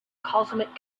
cosmic